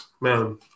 Man